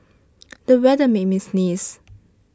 the weather made me sneeze